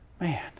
man